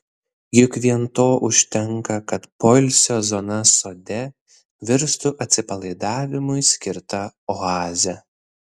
juk vien to užtenka kad poilsio zona sode virstų atsipalaidavimui skirta oaze